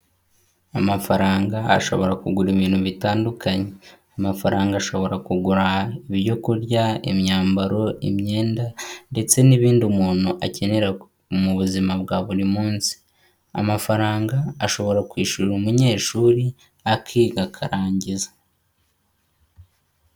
Amafaranga ashobora kugura ibintu bitandukanye, amafaranga ashobora kugura ibyo kurya, imyambaro, imyenda ndetse n'ibindi umuntu akenera mu buzima bwa buri munsi, amafaranga ashobora kwishyurira umunyeshuri akiga akarangiza.